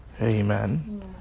amen